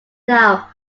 now